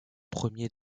premier